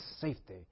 safety